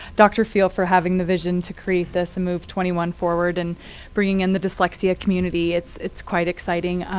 dr field for having the vision to create this and move twenty one forward, and bringing in the dyslexia community. it's it's quite exciting.